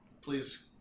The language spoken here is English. please